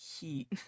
heat